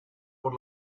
por